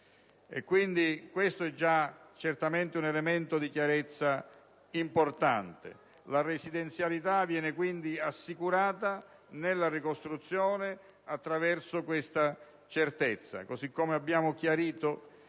certamente già un elemento di chiarezza importante. La residenzialità viene quindi assicurata nella ricostruzione attraverso questa certezza, così come abbiamo chiarito